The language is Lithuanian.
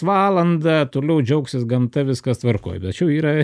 valandą toliau džiaugsis gamta viskas tvarkoj tačiau yra